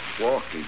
Walking